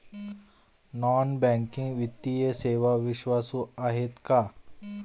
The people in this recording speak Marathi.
नॉन बँकिंग वित्तीय सेवा विश्वासू आहेत का?